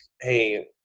hey